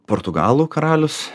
portugalų karalius